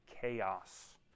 chaos